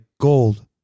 gold